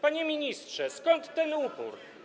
Panie ministrze, skąd ten upór?